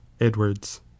Edwards